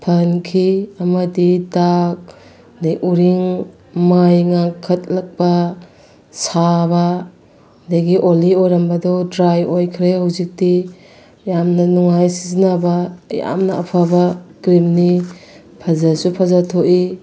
ꯐꯍꯟꯈꯤ ꯑꯃꯗꯤ ꯗꯥꯛ ꯑꯗꯒꯤ ꯎꯔꯤꯡ ꯃꯥꯏ ꯉꯥꯡꯈꯠꯂꯛꯄ ꯁꯥꯕ ꯑꯗꯒꯤ ꯑꯣꯏꯂꯤ ꯑꯣꯏꯔꯝꯕꯗꯨ ꯗ꯭ꯔꯥꯏ ꯑꯣꯏꯈ꯭ꯔꯦ ꯍꯧꯖꯤꯛꯇꯤ ꯌꯥꯝꯅ ꯅꯨꯡꯉꯥꯥꯏ ꯁꯤꯖꯤꯟꯅꯕ ꯌꯥꯝꯅ ꯑꯐꯕ ꯀ꯭ꯔꯤꯝꯅꯤ ꯐꯖꯁꯨ ꯐꯖꯊꯣꯛꯏ